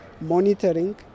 monitoring